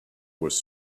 was